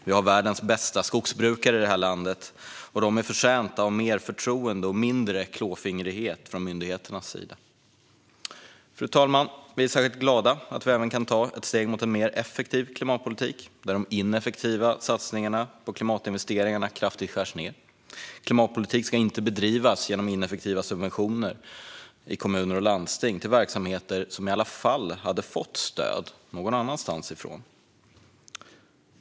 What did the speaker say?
Vi har världens bästa skogsbrukare i det här landet, och de är förtjänta av mer förtroende och mindre klåfingrighet från myndigheternas sida. Fru talman! Vi är särskilt glada att vi även kan ta ett steg mot en mer effektiv klimatpolitik, där de ineffektiva satsningarna på klimatinvesteringarna kraftigt skärs ned. Klimatpolitik ska inte bedrivas genom ineffektiva subventioner i kommuner och landsting till verksamheter som i alla fall skulle ha fått stöd någon annanstans ifrån.